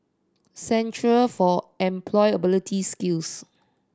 Centre for Employability Skills